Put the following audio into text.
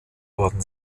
worden